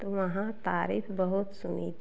तो वहाँ तारीफ़ बहुत सुनी